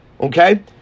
Okay